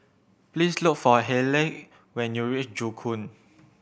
please look for Hayleigh when you reach Joo Koon